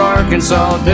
Arkansas